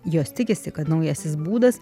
jos tikisi kad naujasis būdas